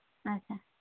ᱟᱪᱪᱷᱟ